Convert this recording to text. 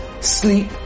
sleep